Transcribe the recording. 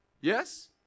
Yes